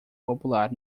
popular